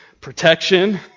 Protection